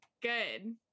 Good